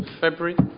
February